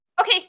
okay